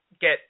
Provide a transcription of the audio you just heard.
get